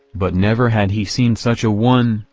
but never had he seen such a one,